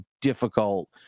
difficult